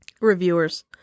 Reviewers